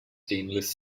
stainless